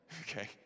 Okay